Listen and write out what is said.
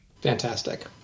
Fantastic